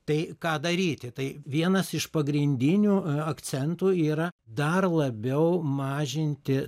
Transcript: tai ką daryti tai vienas iš pagrindinių akcentų yra dar labiau mažinti